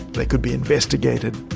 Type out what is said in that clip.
they could be investigated.